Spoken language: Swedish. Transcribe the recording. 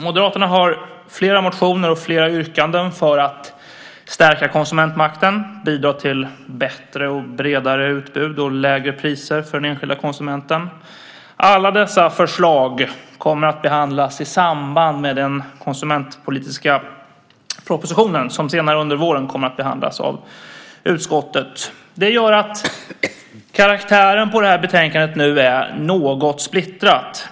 Moderaterna har flera motioner och flera yrkanden för att stärka konsumentmakten, bidra till bättre och bredare utbud och lägre priser för den enskilda konsumenten. Alla dessa förslag kommer att behandlas i samband med den konsumentpolitiska propositionen, som kommer att behandlas av utskottet senare under våren. Det gör att karaktären på det här betänkandet nu är något splittrat.